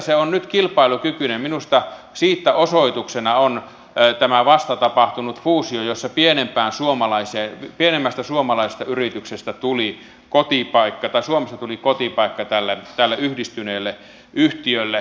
se on nyt kilpailukykyinen ja minusta siitä osoituksena on tämä vasta tapahtunut fuusio jossa pienempää suomalaisia pienemmästä suomalaisesta yrityksestä tuli suomesta tuli kotipaikka tälle yhdistyneelle yhtiölle